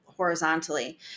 Horizontally